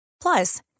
Plus